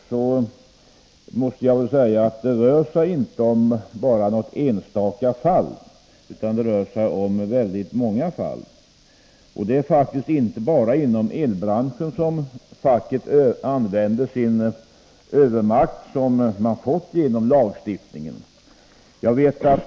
Jag måste då säga — Om innebörden av att det här inte rör sig om bara något enstaka fall — det rör sig om väldigt den fackliga många fall. Det är faktiskt inte bara inom elbranschen som facket på detta vetorätten enligt sätt använder den övermakt man har fått genom lagstiftningen.